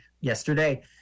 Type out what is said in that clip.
yesterday